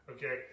Okay